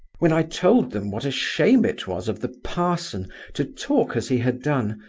when i told them what a shame it was of the parson to talk as he had done,